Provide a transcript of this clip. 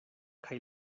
kaj